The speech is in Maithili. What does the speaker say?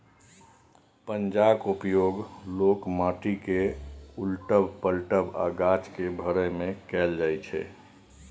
पंजाक उपयोग लोक माटि केँ उलटब, पलटब आ गाछ केँ भरय मे कयल जाइ छै